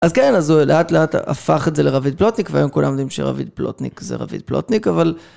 אז כן, אז הוא לאט לאט הפך את זה לרביד פלוטניק, והיום כולם יודעים שרביד פלוטניק זה רביד פלוטניק, אבל...